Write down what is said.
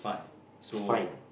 spine